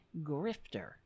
grifter